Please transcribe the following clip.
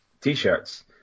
T-shirts